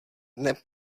dne